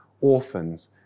orphans